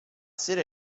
sera